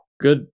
Good